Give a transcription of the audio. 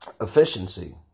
efficiency